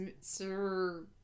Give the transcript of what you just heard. Sir